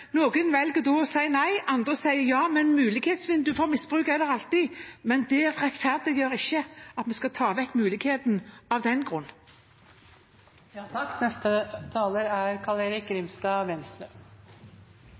noen som velger å si nei, og andre som sier ja, men mulighetsvinduet for misbruk er der alltid. Men det rettferdiggjør ikke at vi skal ta vekk muligheten av den grunn. Jeg må replisere til representanten Lundteigen at han er